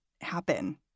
happen